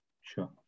Sure